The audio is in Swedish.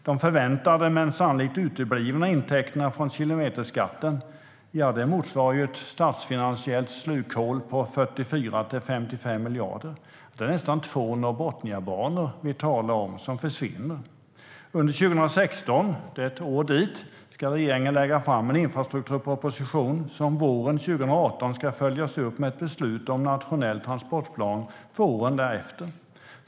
De förväntade men sannolikt uteblivna intäkterna från kilometerskatten motsvarar ett statsfinansiellt slukhål på 44-55 miljarder. Vi talar om nästan två Norrbotniabanor som försvinner. Under 2016 - det är ett år dit - ska regeringen lägga fram en infrastrukturproposition som våren 2018 ska följas upp med ett beslut om en nationell transportplan för åren därefter.